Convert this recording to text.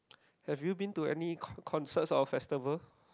have you been to any con~ concerts or festivals